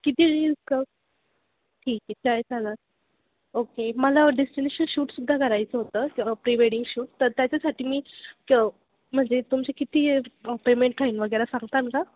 किती रिल्सक ठीक आहे चाळीस हजार ओके मला डेस्टिनेशन शूट सुद्धा करायचं होतं प्री वेडिंग शूट तर त्याच्यासाठी मी क म्हणजे तुमची किती पेमेंट आहे ना वगैरे सांगताल का